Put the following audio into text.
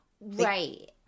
Right